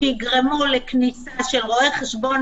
שיגרמו לכניסה של רואי חשבון,